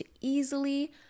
easily